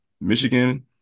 Michigan